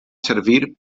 servir